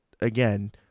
again